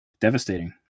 devastating